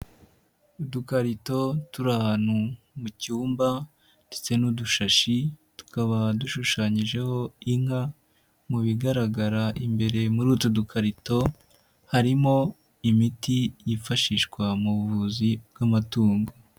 Udukarito turi ahantu mu cyumba ndetse n'udushashi, tukaba dushushanyijeho inka mu bigaragara imbere muri utu dukarito, harimo imiti yifashishwa mu buvuzi bw'amatungo.